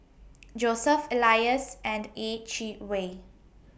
Joseph Elias and Yeh Chi Wei